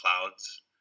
clouds